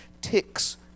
ticks